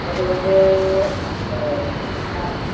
ᱛᱚᱵᱮ ᱜᱚᱝᱠᱮ ᱚ ᱚᱱᱟ